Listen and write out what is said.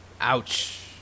Ouch